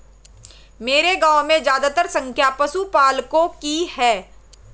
मेरे गांव में ज्यादातर संख्या पशुपालकों की है